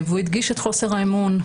והוא הדגיש את חוסר האמון.